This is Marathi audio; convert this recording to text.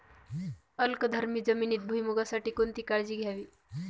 अल्कधर्मी जमिनीत भुईमूगासाठी कोणती काळजी घ्यावी?